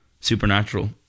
Supernatural